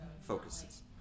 focuses